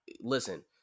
listen